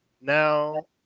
now